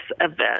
event